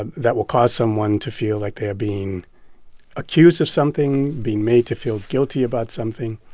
and that will cause someone to feel like they're being accused of something, being made to feel guilty about something.